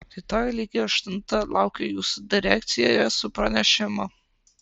rytoj lygiai aštuntą laukiu jūsų direkcijoje su pranešimu